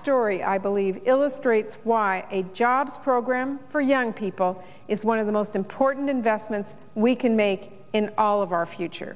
story i believe illustrates why a jobs program for young people is one of the most important investments we can make in all of our future